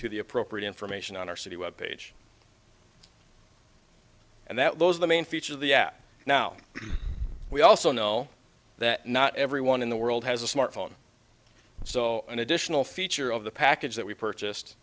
to the appropriate information on our city web page and that was the main feature of the app now we also know that not everyone in the world has a smartphone so an additional feature of the package that we purchased